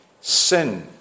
sin